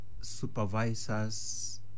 supervisors